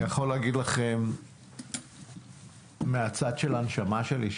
אני יכול להגיד לכם מהצד של הנשמה שלי,